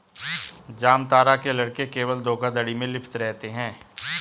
जामतारा के लड़के केवल धोखाधड़ी में लिप्त रहते हैं